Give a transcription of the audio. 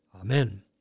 Amen